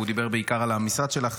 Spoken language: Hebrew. הוא דיבר בעיקר על המשרד שלך,